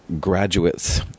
graduates